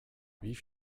wie